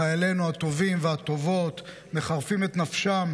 חיילינו הטובים והטובות מחרפים את נפשם